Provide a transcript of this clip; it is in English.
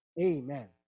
amen